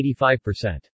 85%